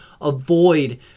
avoid